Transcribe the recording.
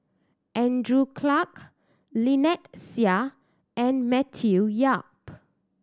Andrew Clarke Lynnette Seah and Matthew Yap